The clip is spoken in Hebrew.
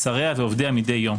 שריה ועובדיה מידי יום.